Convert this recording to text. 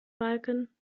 balken